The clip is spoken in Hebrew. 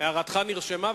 הערתך נרשמה.